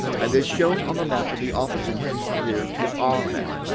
and, as shown on a map of the opposite hemisphere to our map,